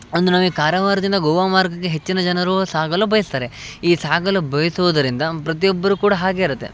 ಅಂದ್ರೆ ನಮಗೆ ಕಾರವಾರದಿಂದ ಗೋವಾ ಮಾರ್ಗಕ್ಕೆ ಹೆಚ್ಚಿನ ಜನರೂ ಸಾಗಲು ಬಯಸ್ತಾರೆ ಈ ಸಾಗಲು ಬಯಸುವುದರಿಂದ ಪ್ರತಿಯೊಬ್ಬರು ಕೂಡ ಹಾಗೆ ಇರುತ್ತೆ